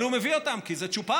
אבל הוא מביא אותם כי זה צ'ופר.